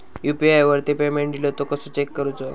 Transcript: UPI वरती payment इलो तो कसो चेक करुचो?